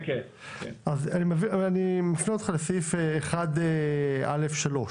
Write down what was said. אני מפנה אותך לסעיף 1(א)(3).